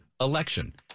election